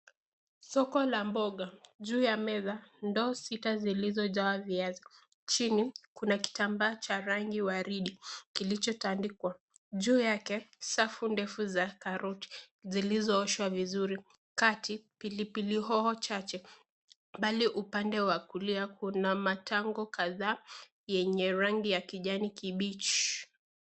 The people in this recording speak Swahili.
Soko la mboga. Juu ya meza, ndo sita zilizojaa viazi. Chini, kuna kitambaa Cha rangi ya waridi kilichotandikwa. Juu yake, safu ndefu za karoti zilizooshwa vizuri. Kati, pilipili hoho chache, bali upande wa kulia kuna matango kadha yenye rangi ya kijani kibichi.